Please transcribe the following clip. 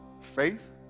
Faith